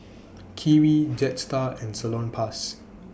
Kiwi Jetstar and Salonpas